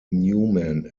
newman